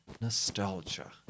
Nostalgia